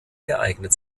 geeignet